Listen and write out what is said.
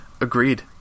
Agreed